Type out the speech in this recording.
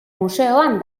museoan